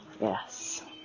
Yes